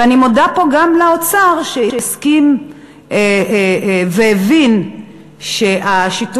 ואני מודה פה גם לאוצר שהסכים והבין ששיתוף